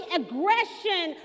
aggression